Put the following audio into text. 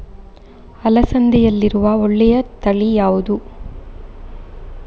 ಅಲಸಂದೆಯಲ್ಲಿರುವ ಒಳ್ಳೆಯ ತಳಿ ಯಾವ್ದು?